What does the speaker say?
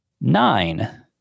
nine